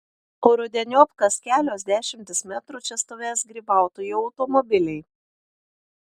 o rudeniop kas kelios dešimtys metrų čia stovės grybautojų automobiliai